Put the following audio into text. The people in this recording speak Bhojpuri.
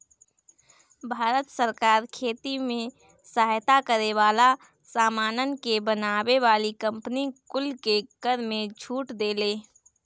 भारत सरकार खेती में सहायता करे वाला सामानन के बनावे वाली कंपनी कुल के कर में छूट देले